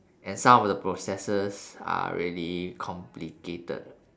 and some of the processes are really complicated